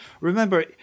remember